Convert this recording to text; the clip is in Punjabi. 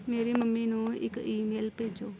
ਮੇਰੀ ਮੰਮੀ ਨੂੰ ਇੱਕ ਈਮੇਲ ਭੇਜੋ